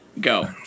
go